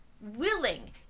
willing